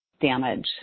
damage